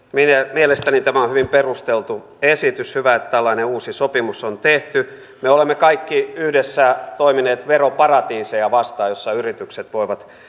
mielestäni tämä on hyvin perusteltu esitys hyvä että tällainen uusi sopimus on tehty me olemme kaikki yhdessä toimineet veroparatiiseja vastaan joissa yritykset voivat